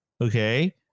okay